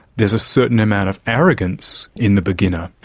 there's a certain amount of arrogance in the beginner,